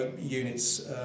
units